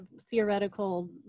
theoretical